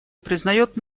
признает